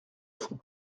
fond